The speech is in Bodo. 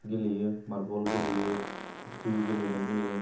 गेलेयो मारबल गेलेयो फित्तु गेलेनाय जायो